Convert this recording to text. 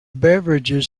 beverages